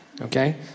Okay